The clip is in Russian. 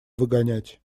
выгонять